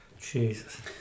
Jesus